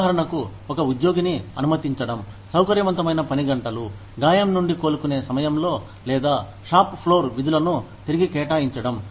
ఉదాహరణకు ఒక ఉద్యోగిని అనుమతించడం సౌకర్యవంతమైన పని గంటలు గాయం నుండి కోలుకునే సమయంలో లేదా షాప్ ఫ్లోర్ విధులను తిరిగి కేటాయించడం